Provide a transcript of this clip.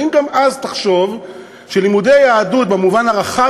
האם גם אז תחשוב שלימודי יהדות במובן הרחב